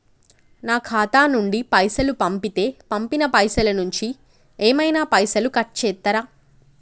నా ఖాతా నుండి పైసలు పంపుతే పంపిన పైసల నుంచి ఏమైనా పైసలు కట్ చేత్తరా?